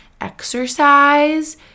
exercise